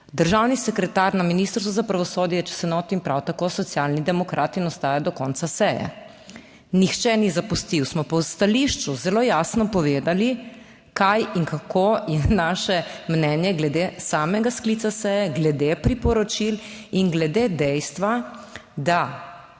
Državni sekretar na Ministrstvu za pravosodje, če se motim, prav tako Socialni demokrati in ostaja do konca seje. Nihče ni zapustil. Smo pa v stališču zelo jasno povedali kaj in kako je naše mnenje glede samega sklica seje, glede priporočil in glede dejstva, da,